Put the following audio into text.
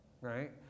right